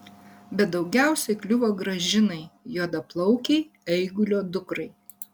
bet daugiausiai kliuvo gražinai juodaplaukei eigulio dukrai